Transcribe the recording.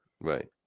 Right